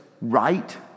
right